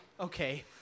Okay